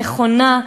נכונה,